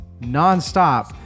non-stop